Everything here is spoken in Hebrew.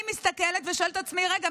אני מסתכלת ושואלת את עצמי: רגע,